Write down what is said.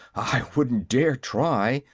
i wouldn't dare try,